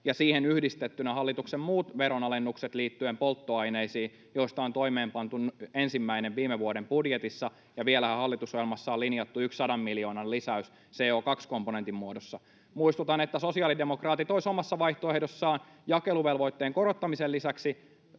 — siihen yhdistettynä hallituksen muut veronalennukset liittyen polttoaineisiin, joista ensimmäinen on toimeenpantu viime vuoden budjetissa, ja hallitusohjelmassa on vielä linjattu yksi 100 miljoonan lisäys CO2--komponentin muodossa. Muistutan, että sosiaalidemokraatit olisivat omassa vaihtoehdossaan jakeluvelvoitteen korottamisen lisäksi